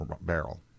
barrel